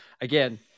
again